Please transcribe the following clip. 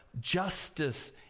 justice